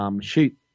Shoot